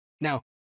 Now